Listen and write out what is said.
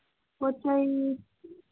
ꯄꯣꯠ ꯆꯩ